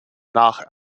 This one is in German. nach